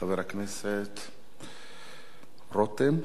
חבר הכנסת רותם,